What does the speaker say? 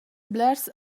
blers